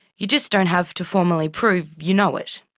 you just don't have to formally prove you know it.